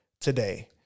today